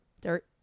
dirt